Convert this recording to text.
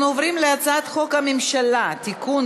אנחנו עוברים להצעת חוק הממשלה (תיקון,